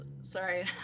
sorry